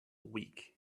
week